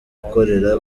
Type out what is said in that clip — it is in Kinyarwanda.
ukorera